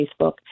Facebook